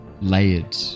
Layered